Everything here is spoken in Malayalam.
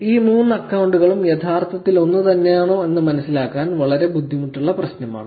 ഈ മൂന്ന് അക്കൌണ്ടുകളും യഥാർത്ഥത്തിൽ ഒന്നുതന്നെയാണോ എന്ന് മനസ്സിലാക്കാൻ വളരെ ബുദ്ധിമുട്ടുള്ള പ്രശ്നമാണ്